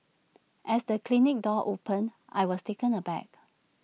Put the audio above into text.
as the clinic door opened I was taken aback